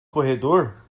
corredor